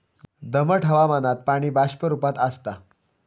दमट हवामानात पाणी बाष्प रूपात आसता